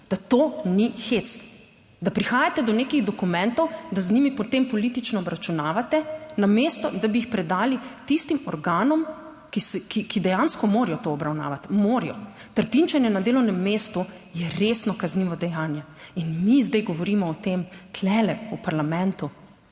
da to ni hec, da prihajate do nekih dokumentov, da z njimi potem politično obračunavate, namesto da bi jih predali tistim organom, ki dejansko morajo to obravnavati, morajo. Trpinčenje na delovnem mestu je resno kaznivo dejanje. In mi zdaj govorimo o tem tu v parlamentu.